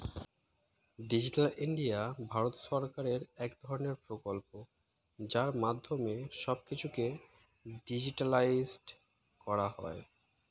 digital India Bharat সরকারের এক ধরণের প্রকল্প যার মাধ্যমে সব কিছুকে ডিজিটালাইসড করা হয়